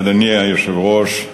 אדוני היושב-ראש,